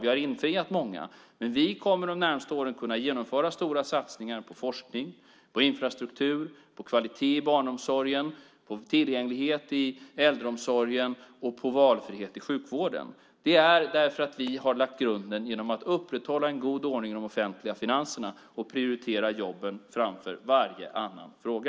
Vi har infriat många, men vi kommer de närmaste åren att kunna genomföra stora satsningar på forskning, infrastruktur, kvalitet i barnomsorgen, tillgänglighet i äldreomsorg och valfrihet i sjukvården. Det är för att vi har lagt grunden genom att upprätthålla en god ordning i de offentliga finanserna och prioritera jobben framför varje annan fråga.